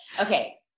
okay